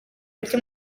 muke